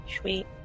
Sweet